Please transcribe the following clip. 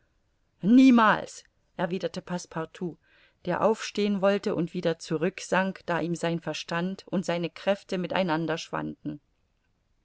niemals erwiderte passepartout der aufstehen wollte und wieder zurücksank da ihm sein verstand und seine kräfte mit einander schwanden